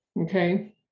okay